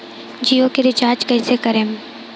जियो के रीचार्ज कैसे करेम?